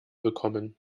bekommen